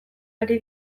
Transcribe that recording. ari